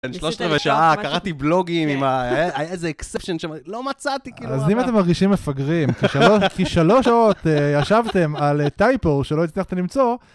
שלושת רבעי שעה קראתי בלוגים עם ה... היה איזה אקספשן שלא מצאתי כאילו... אז אם אתם מרגישים מפגרים כי שלוש שעות ישבתם על טייפו שלא הצלחתם למצוא